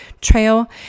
trail